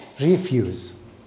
refuse